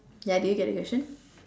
ya did you get the question